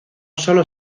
solo